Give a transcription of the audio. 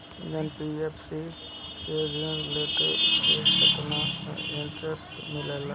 NBFC से ऋण लेने पर केतना इंटरेस्ट मिलेला?